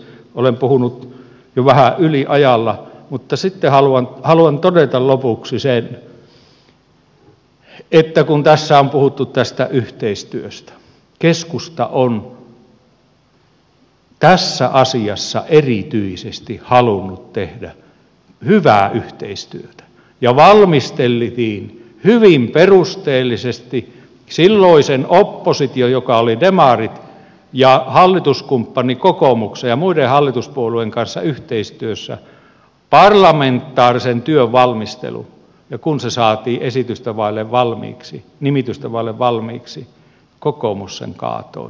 olen puhunut jo vähän yliajalla mutta haluan todeta lopuksi sen että kun tässä on puhuttu tästä yhteistyöstä niin keskusta on tässä asiassa erityisesti halunnut tehdä hyvää yhteistyötä ja teimme hyvin perusteellisesti silloisen opposition joka oli demarit hallituskumppani kokoomuksen ja muiden hallituspuolueiden kanssa yhteistyössä parlamentaarisen työn valmistelun ja kun se saatiin nimitystä vaille valmiiksi kokoomus sen kaatoi